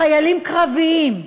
חיילים קרביים,